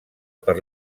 per